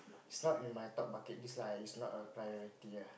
it's not in my top bucket list lah it's not a priority ah